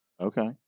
Okay